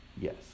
Yes